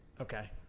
Okay